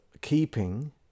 keeping